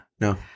No